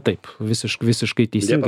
taip visišk visiškai teisingai